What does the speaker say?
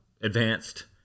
advanced